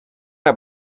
una